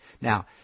Now